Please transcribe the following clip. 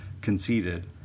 conceded